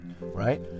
Right